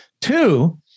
Two